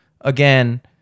again